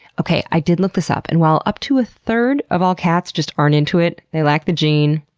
okay, i did look this up, and while up to a third of all cats just aren't into it, they lack the gene,